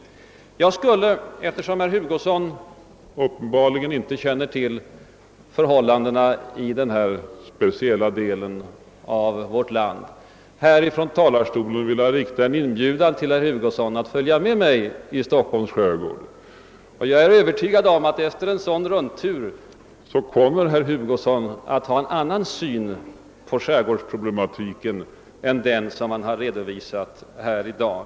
Jag skulle, eftersom herr Hugosson uppenbarligen inte känner till förhållandena i den här speciella delen av vårt land, ifrån talarstolen vilja rikta en inbjudan till herr Hugosson att följa med mig i Stockholms skärgård. Jag är övertygad om att herr Hugosson efter en sådan rundtur kommer att ha en annan syn på skärgårdsproblematiken än den som han har redovisat här i dag.